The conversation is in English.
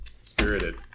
spirited